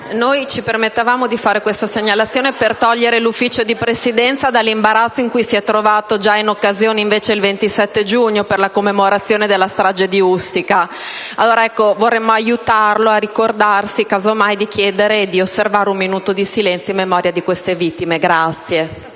noi ci permettevamo di fare questa segnalazione per togliere il Consiglio di Presidenza dall'imbarazzo in cui si è trovato già il 27 giugno, per la commemorazione della strage di Ustica. Vorremmo allora aiutarlo a ricordarsi di chiedere di osservare un minuto di silenzio in memoria di queste vittime. Grazie.